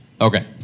Okay